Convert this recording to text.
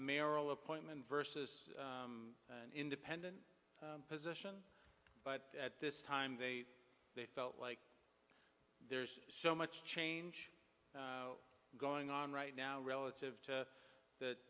mayoral appointment versus an independent position but at this time they they felt like there's so much change going on right now relative to